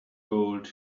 gold